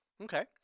Okay